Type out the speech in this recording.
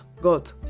God